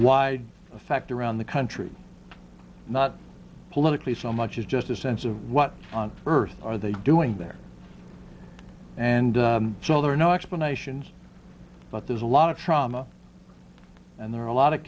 wide effect around the country not politically so much as just a sense of what on earth are they doing there and so there are no explanations but there's a lot of trauma and there are a lot of